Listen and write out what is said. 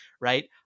right